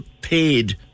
paid